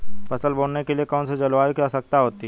फसल बोने के लिए कौन सी जलवायु की आवश्यकता होती है?